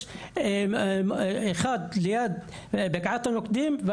האחד ליד בקעת הנוקדים,